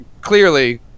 clearly